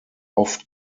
oft